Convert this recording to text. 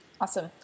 Awesome